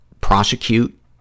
prosecute